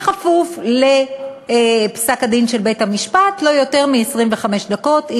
בכפוף לפסק-הדין של בית-המשפט, לא יותר מ-25 דקות.